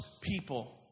people